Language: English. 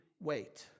wait